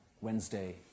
Wednesday